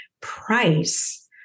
price